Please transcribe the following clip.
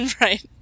Right